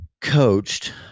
coached